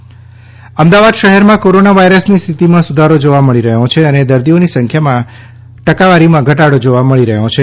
વિજય Nehra Ahmedabad corona કોરોના વાયરસની સ્થિતિમાં સુધારો જોવા મળી રહ્યો છે અને દર્દીઓની સંખ્યાની ટકાવારીમાં ઘટાડો જોવા મળ્યો છે